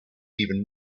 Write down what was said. even